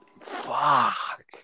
Fuck